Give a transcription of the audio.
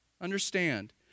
understand